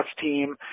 team